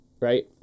right